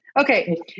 Okay